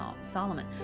Solomon